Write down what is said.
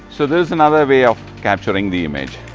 so this is another way of capturing the image